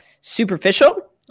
superficial